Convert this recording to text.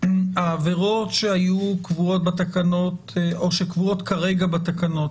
העבירות שהיו קבועות בתקנות או שקבועות כרע בתקנות,